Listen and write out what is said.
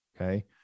okay